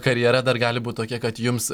karjera dar gali būt tokia kad jums